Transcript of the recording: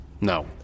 no